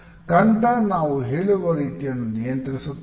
ಕಂಠ ನಾವು ಹೇಳುವ ರೀತಿಯನ್ನು ನಿಯಂತ್ರಿಸುತ್ತದೆ